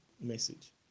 message